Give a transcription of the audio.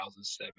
2007